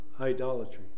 idolatry